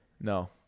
no